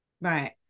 Right